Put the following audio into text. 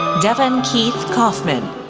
devon keith coffman,